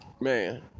man